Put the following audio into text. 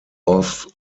off